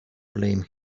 blame